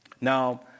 Now